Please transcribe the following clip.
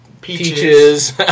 Peaches